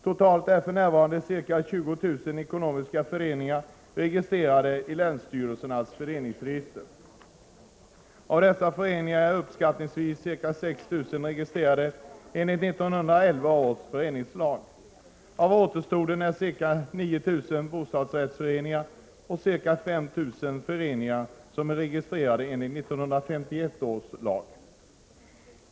Totalt är för närvarande ca 20 000 ekonomiska föreningar registrerade i länsstyrelsernas föreningsregister. Av dessa föreningar är uppskattningsvis ca 6 000 registrerade enligt 1911 års föreningslag. Av återstoden är ca 9 000 bostadsrättsföreningar och ca 5 000 föreningar som är registrerade enligt 1951 års lag.